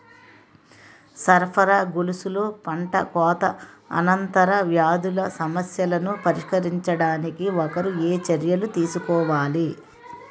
సరఫరా గొలుసులో పంటకోత అనంతర వ్యాధుల సమస్యలను పరిష్కరించడానికి ఒకరు ఏ చర్యలు తీసుకోవాలి?